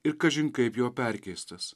ir kažin kaip jo perkeistas